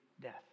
death